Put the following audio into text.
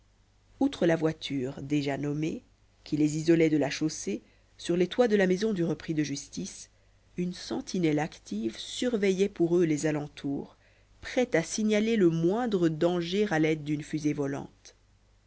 outre la voiture déjà nommée qui les isolait de la chaussée sur les toits de la maison du repris de justice une sentinelle active surveillait pour eux les alentours prête à signaler le moindre danger à l'aide d'une fusée volante